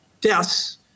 deaths